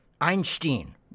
Einstein